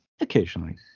Occasionally